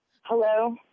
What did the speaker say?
Hello